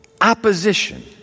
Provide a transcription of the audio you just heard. opposition